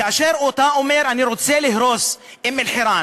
כאשר אתה אומר: אני רוצה להרוס את אום-אלחיראן